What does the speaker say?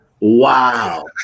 Wow